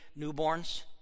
newborns